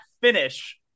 finish